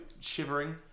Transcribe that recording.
shivering